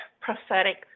prophetic